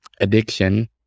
addiction